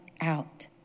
out